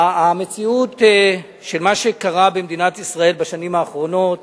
המציאות של מה שקרה במדינת ישראל בשנים האחרונות,